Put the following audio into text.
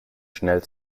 schnell